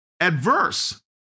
adverse